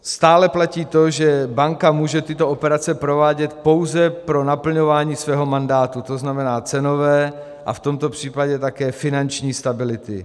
Stále platí to, že banka může tyto operace provádět pouze pro naplňování svého mandátu, tzn. cenové a v tomto případě také finanční stability.